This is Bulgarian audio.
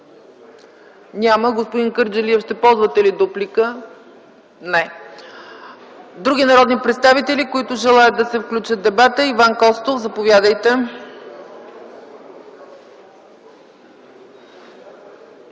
Няма. Господин Кърджалиев, ще ползвате ли дуплика? Не. Други народни представители, които желаят да се включат в дебата? Заповядайте,